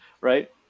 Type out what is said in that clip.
right